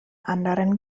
anderen